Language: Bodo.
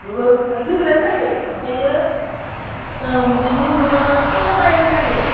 बेवबो गिदिरानो जायो ओमफ्राय बेनि उनाव आरो टंलायाव जायो